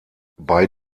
bei